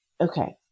okay